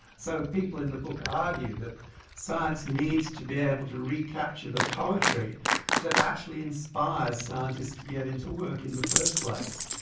so people in the book argue that science needs to be able to recapture the poetry that actually inspires scientists to get into work in the first place.